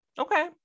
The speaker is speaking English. Okay